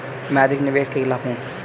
मैं अधिक निवेश के खिलाफ हूँ